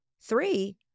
three